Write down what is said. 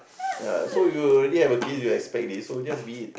uh so you're already have a kid you expect this so just be it